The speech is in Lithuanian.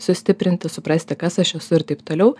sustiprinti suprasti kas aš esu ir taip toliau